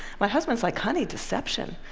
my husband's like, honey, deception?